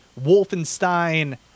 wolfenstein